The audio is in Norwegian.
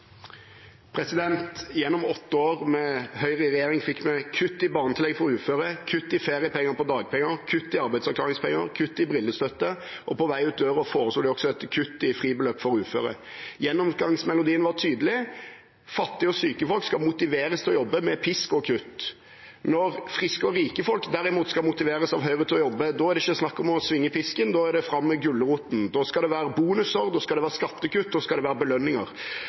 der. Gjennom åtte år med Høyre i regjering fikk vi kutt i barnetillegget for uføre, kutt i feriepenger på dagpenger, kutt i arbeidsavklaringspenger, kutt i brillestøtte, og på vei ut døren foreslo de også et kutt i fribeløp for uføre. Gjennomgangsmelodien var tydelig: Fattige og syke folk skal motiveres til å jobbe med pisk og kutt. Når friske og rike folk, derimot, skal motiveres av Høyre til å jobbe, er det ikke snakk om å svinge pisken, da er det fram med gulroten. Da skal det være bonuser, da skal det være skattekutt, da skal det være belønninger.